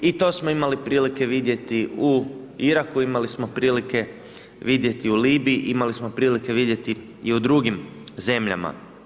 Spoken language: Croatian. I to smo imali prilike vidjeti u Iraku, imali smo prilike vidjeti u Libiji, imali smo prilike vidjeti i u drugim zemljama.